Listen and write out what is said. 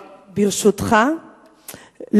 ברשותך,